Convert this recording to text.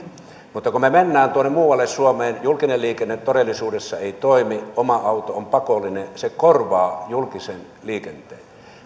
mutta kun me menemme tuonne muualle suomeen julkinen liikenne todellisuudessa ei toimi oma auto on pakollinen se korvaa julkisen liikenteen